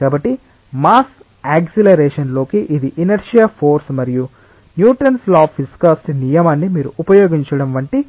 కాబట్టి mass acceleration లోకి ఇది ఇనర్శియా ఫోర్సు మరియు న్యూటన్స్ లా అఫ్ విస్కాసిటి నియమాన్ని మీరు ఉపయోగించడం వంటి